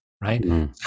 Right